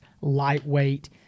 lightweight